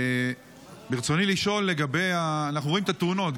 ברצוני לשאול: אנחנו רואים את התאונות,